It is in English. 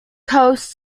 coast